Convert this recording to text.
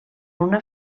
una